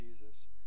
Jesus